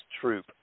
Troop